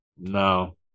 No